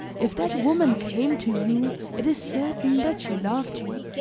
if that woman came to you it is certain that she loved you